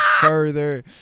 further